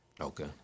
Okay